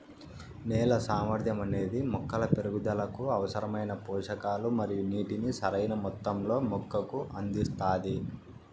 నేల సామర్థ్యం అనేది మొక్కల పెరుగుదలకు అవసరమైన పోషకాలు మరియు నీటిని సరైణ మొత్తంలో మొక్కకు అందిస్తాది